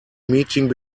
meeting